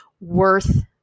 worth